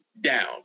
down